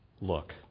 look